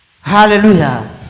Hallelujah